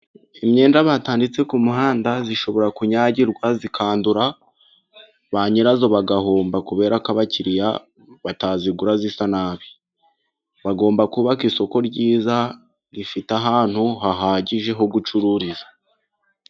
Imyenda batanditse ku muhanda ishobora kunyagirwa, ikandura, ba nyirazo bagahomba kubera ko abakiriya batayigura isa nabi. Bagomba kubaka isoko ryiza rifite ahantu hahagije ho gucururiza.